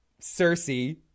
Cersei